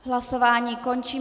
Hlasování končím.